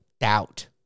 doubt